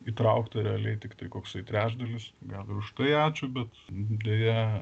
įtraukta realiai tiktai koksai trečdalis gal ir už tai ačiū bet deja